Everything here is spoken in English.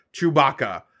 Chewbacca